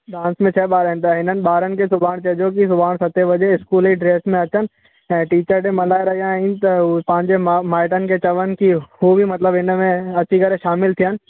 dance में छह ॿार आहिनि त हिननि ॿारनि खे सुभाण चइजो की सुभाणे सते वजे इस्कूल जी ड्रेस में अचनि ऐं टीचर डे मल्हाइ रहिया आहिनि त हो माउ माइटेन खे चवनि की हो बि मतिलबु हिन में अची करे शामिलु थियनि